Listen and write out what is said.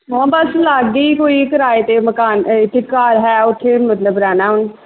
ਹਾਂ ਬਸ ਲਾਗੇ ਹੀ ਕੋਈ ਕਿਰਾਏ 'ਤੇ ਮਕਾਨ ਹੈ ਤੇ ਘਰ ਹੈ ਉੱਥੇ ਮਤਲਬ ਰਹਿਣਾ ਹੁਣ